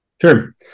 Sure